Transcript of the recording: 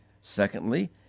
Secondly